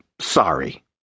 Sorry